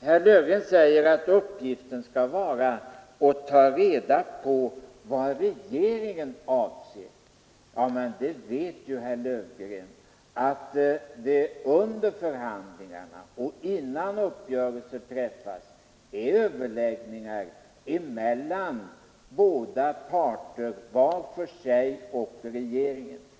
Herr Löfgren säger att stabiliseringskonferensens uppgift skall vara att ta reda på vad regeringen avser. Men herr Löfgren vet ju att det under förhandlingarna och innan uppgörelse träffas är överläggningar mellan båda parter var för sig och med regeringen.